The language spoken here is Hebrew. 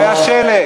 לא היה שום דבר,